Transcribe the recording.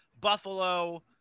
Buffalo